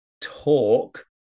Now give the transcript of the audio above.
talk